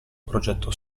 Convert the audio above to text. progetto